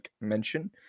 mention